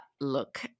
Look